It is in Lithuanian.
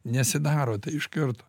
nesidaro tai iš karto